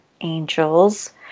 angels